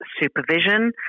supervision